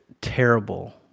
terrible